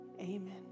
amen